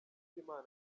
cy’imana